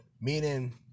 Meaning